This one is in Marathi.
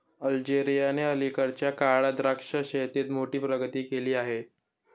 अल्जेरियाने अलीकडच्या काळात द्राक्ष शेतीत मोठी प्रगती केली आहे